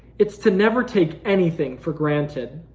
it's to never take anything for granted.